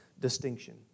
Distinction